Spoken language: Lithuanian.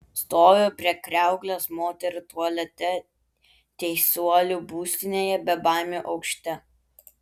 stoviu prie kriauklės moterų tualete teisuolių būstinėje bebaimių aukšte